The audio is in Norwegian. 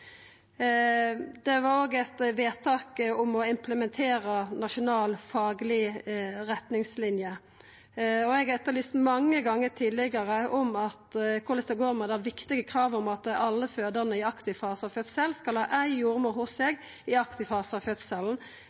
Det var òg eit vedtak om å implementera Nasjonal fagleg retningslinje. Eg har mange gonger tidlegare etterlyst korleis det går med det viktige kravet om at alle fødande skal ha ei jordmor hos seg i den aktive fasen av fødselen.